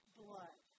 blood